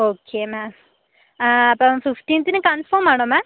okay ma'am അപ്പം ഫിഫ്റ്റീന്തിന് confirm ആണോ മാമ്